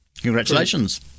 Congratulations